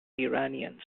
iranians